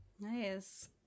Nice